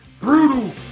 brutal